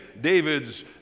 David's